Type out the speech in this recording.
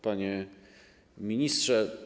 Panie Ministrze!